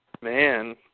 Man